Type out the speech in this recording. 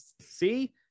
see